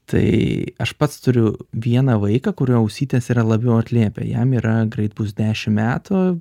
tai aš pats turiu vieną vaiką kurio ausytės yra labiau atliepia jam yra greit bus dešimt metų